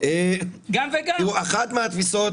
אחת מהתפיסות